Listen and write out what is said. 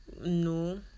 no